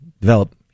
develop